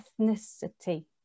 ethnicity